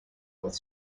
with